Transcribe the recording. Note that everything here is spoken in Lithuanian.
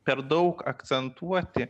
per daug akcentuoti